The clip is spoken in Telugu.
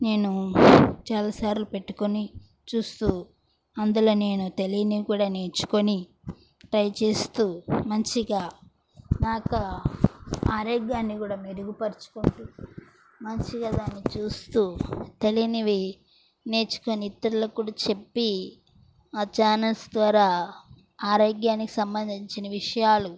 నేను చాలాసార్లు పెట్టుకొని చూస్తూ అందులో నేను తెలియనవి కూడా నేర్చుకొని ట్రై చేస్తూ మంచిగా నా యొక్క ఆరోగ్యాన్ని కూడా మెరుగుపరచుకుంటూ మంచిగా దాన్ని చూస్తూ తెలియనివి నేర్చుకొని ఇతరులకు కూడా చెప్పి ఆ ఛానల్స్ ద్వారా ఆరోగ్యానికి సంబంధించిన విషయాలు